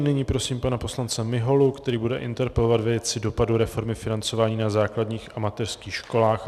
Nyní prosím pana poslance Miholu, který bude interpelovat ve věci dopadu reformy financování na základních a mateřských školách.